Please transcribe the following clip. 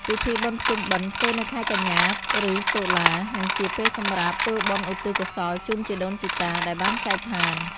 ពិធីបុណ្យភ្ជុំបិណ្ឌធ្វើនៅខែកញ្ញាឬតុលា និងជាពេលសម្រាប់ធ្វើបុណ្យឧទ្ទិសកុសលជូនជីដូនជីតាដែលបានចែកឋាន។